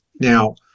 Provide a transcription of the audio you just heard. Now